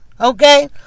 Okay